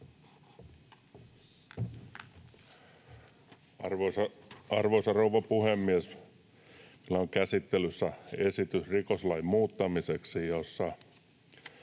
Arvoisa rouva puhemies! Täällä on käsittelyssä esitys rikoslain muuttamiseksi, jossa